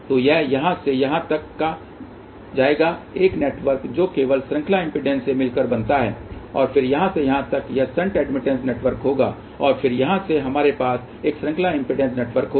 तो यह यहाँ से यहाँ तक जाएगा एक नेटवर्क जो केवल श्रृंखला इम्पीडेन्स से मिलकर बनता है फिर यहाँ से यहाँ तक यह शंट एडमिटेंस नेटवर्क होगा और फिर यहाँ से हमारे पास एक श्रृंखला इम्पीडेन्स नेटवर्क होगा